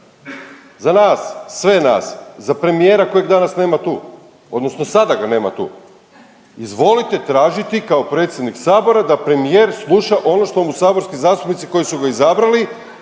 za nas, sve nas. Za premijera kojeg danas nema tu. Odnosno sada ga nema tu. Izvolite tražiti kao predsjednik sabora da premijer sluša ono što mu saborski zastupnici koji su ga izabrali,